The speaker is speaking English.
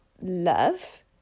love